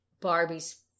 Barbie's